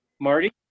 Marty